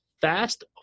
fast